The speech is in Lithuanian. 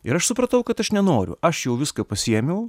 ir aš supratau kad aš nenoriu aš jau viską pasiėmiau